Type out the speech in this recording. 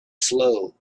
slow